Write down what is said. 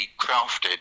crafted